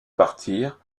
partir